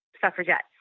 suffragettes